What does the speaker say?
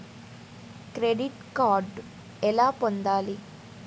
Credit card ఎలా పొందాలి?